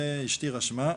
זה אשתי רשמה,